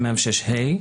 ו-106ה.